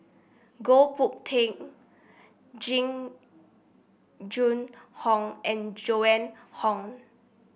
Goh Boon Jing Jun Hong and Joan Hon